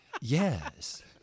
Yes